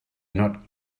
not